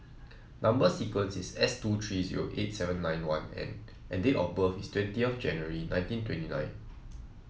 number sequence is S two three zero eight seven nine one N and date of birth is twentieth of January nineteen twenty nine